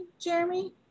jeremy